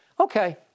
okay